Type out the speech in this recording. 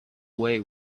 away